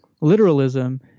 Literalism